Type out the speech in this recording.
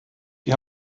die